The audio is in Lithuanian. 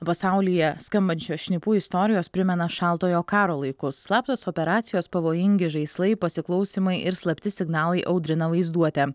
pasaulyje skambančios šnipų istorijos primena šaltojo karo laikus slaptos operacijos pavojingi žaislai pasiklausymai ir slapti signalai audrina vaizduotę